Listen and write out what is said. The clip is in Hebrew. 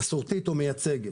מסורתית או מייצגת.